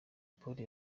polly